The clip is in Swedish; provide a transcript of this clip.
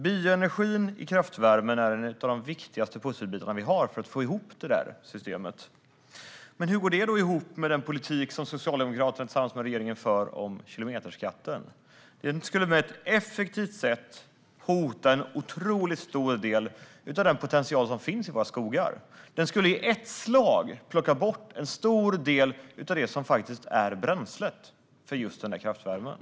Bioenergin i kraftvärmen är en av de viktigaste pusselbitarna vi har för att få ihop systemet. Men hur går det ihop med den politik som Socialdemokraterna för tillsammans med resten av regeringen i fråga om kilometerskatten? Den skulle på ett effektivt sätt hota en stor del av den potential som finns i våra skogar. Den skulle i ett slag plocka bort en stor del av bränslet för just kraftvärmen.